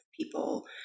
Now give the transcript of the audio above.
people